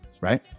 Right